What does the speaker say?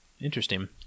interesting